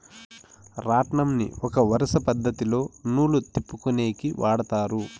రాట్నంని ఒక వరుస పద్ధతిలో నూలు తిప్పుకొనేకి వాడతారు